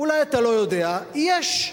אולי אתה לא יודע, יש.